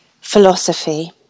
philosophy